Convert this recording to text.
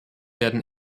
werden